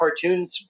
cartoons